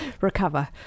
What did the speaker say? Recover